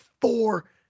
four